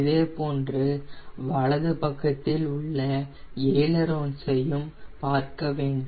இதேபோல் வலது பக்கத்திலும் உள்ள அயிலேரோன்சையும் பார்க்கவேண்டும்